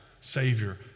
Savior